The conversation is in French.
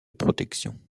protection